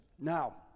Now